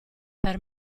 per